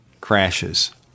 crashes